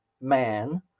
man